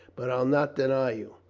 but i'll not deny you.